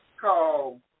called